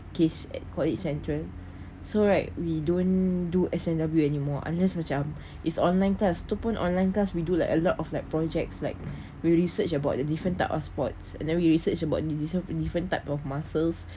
case at college central so right we don't do S_A_W anymore unless macam is online class tu pun online class we do like a lot of like projects like we research about the different type of sports and then we research about division of different type of muscles